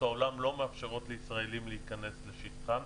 העולם לא מאפשרות לישראלים להיכנס לשטחן.